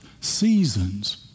seasons